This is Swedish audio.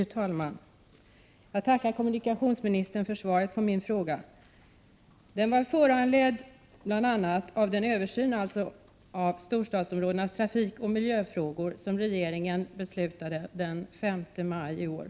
Fru talman! Jag tackar kommunikationsministern för svaret på min fråga. Frågan var bl.a. föranledd av den översyn av frågor som rör storstadsområdenas trafik och miljö som regeringen beslutade om den 5 maj i år.